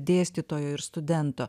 dėstytojo ir studento